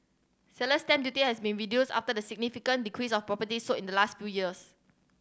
seller's stamp duty has been reduced after the significant decrease of properties sold in the last few years